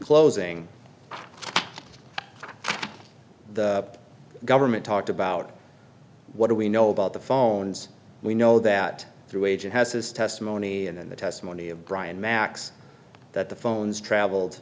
closing the government talked about what do we know about the phones we know that through agent has his testimony and then the testimony of brian max that the phones traveled